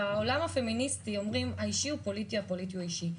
בעולם הפמיניסטי אומרים האישי הוא פוליטי והפוליטי הוא אישי.